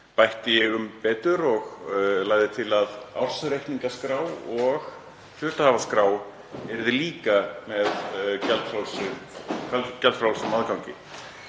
bætti ég um betur og lagði til að ársreikningaskrá og hluthafaskrá yrðu líka með gjaldfrjálsum aðgangi.